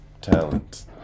talent